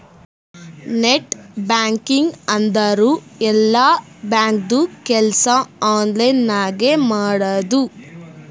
net banking ಅಂದುರ್ ಎಲ್ಲಾ ಬ್ಯಾಂಕ್ದು ಕೆಲ್ಸಾ ಆನ್ಲೈನ್ ನಾಗೆ ಮಾಡದು